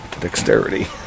dexterity